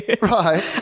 right